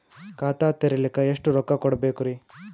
ಖಾತಾ ತೆರಿಲಿಕ ಎಷ್ಟು ರೊಕ್ಕಕೊಡ್ಬೇಕುರೀ?